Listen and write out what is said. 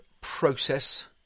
process